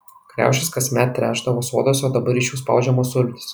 kriaušės kasmet trešdavo soduose o dabar iš jų spaudžiamos sultys